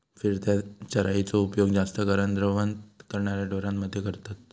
फिरत्या चराइचो उपयोग जास्त करान रवंथ करणाऱ्या ढोरांमध्ये करतत